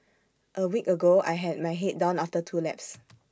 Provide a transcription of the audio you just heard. A week ago I had my Head down after two laps